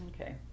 Okay